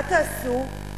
מה תעשו?